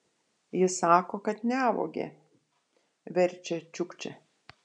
jis sako kad nevogė verčia čiukčia